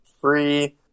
free